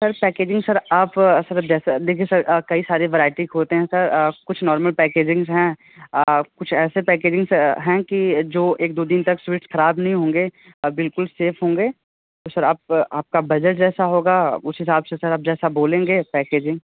sir packaging sir आप sir जैसा देखिए सर कई सारे वरायटी के होते हैं सर कुछ नॉर्मल पैकेजिंग्स हैं कुछ ऐसे पैकेजिंग्स हैं कि जो एक दो दिन तक स्वीट्स खराब नहीं होंगे बिलकुल सेफ़ होंगे तो सर आप आपका बजट जैसा होगा उस हिसाब से सर आप जैसा बोलेंगे पैकेजिंग